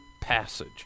passage